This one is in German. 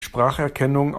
spracherkennung